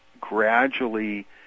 gradually